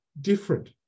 different